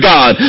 God